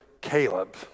Caleb